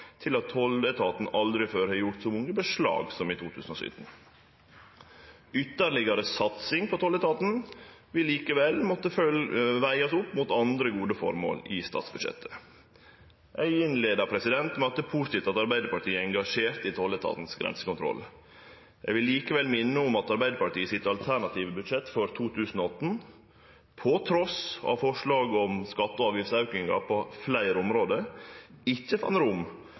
til at tolletaten aldri før har gjort så mange beslag som i 2017. Ytterlegare satsing på tolletaten vil likevel måtte vegast opp mot andre gode formål i statsbudsjettet. Eg innleidde med at det er positivt at Arbeidarpartiet er engasjert i tolletaten sin grensekontroll. Eg vil likevel minne om at Arbeidarpartiet i sitt alternative budsjett for 2018, trass i forslag om skatte- og avgiftsauke på fleire område, ikkje fann rom